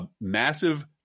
massive